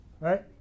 right